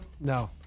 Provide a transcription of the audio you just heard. No